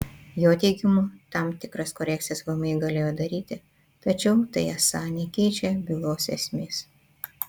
jo teigimu tam tikras korekcijas vmi galėjo daryti tačiau tai esą nekeičia bylos esmės